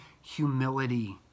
humility